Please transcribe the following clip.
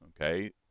okay